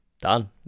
Done